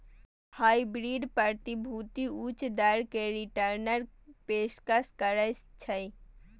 hybrid प्रतिभूति उच्च दर मे रिटर्नक पेशकश करै छै